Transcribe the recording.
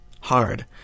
hard